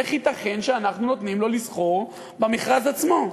איך ייתכן שאנחנו נותנים לו לסחור במכרז עצמו?